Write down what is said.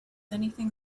anything